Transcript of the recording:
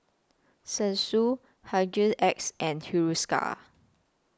Selsun Hygin X and Hiruscar